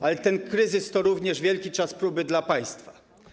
Ale ten kryzys to również wielki czas próby dla państwa.